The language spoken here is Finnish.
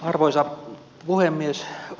arvoisa puhemies